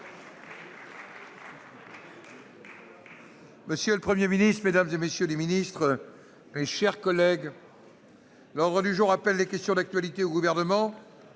Monsieur le Premier ministre, mesdames, messieurs les ministres, mes chers collègues, l'ordre du jour appelle les réponses à des questions d'actualité au Gouvernement.